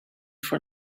for